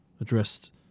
addressed